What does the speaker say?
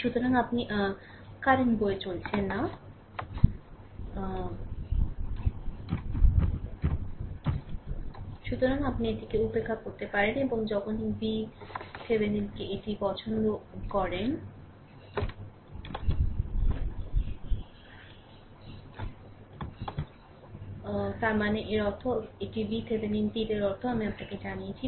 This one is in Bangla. সুতরাং আপনি এটিকে উপেক্ষা করতে পারেন এবং যখনই VThevenin এটি পছন্দ করুন তার মানে এর অর্থ এটি VThevenin তীরের অর্থ আমি আপনাকে জানিয়েছি